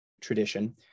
tradition